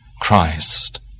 Christ